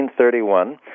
1931